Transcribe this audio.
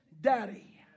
daddy